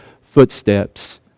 footsteps